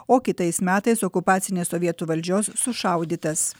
o kitais metais okupacinės sovietų valdžios sušaudytas